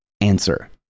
Answer